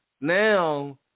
Now